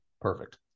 perfect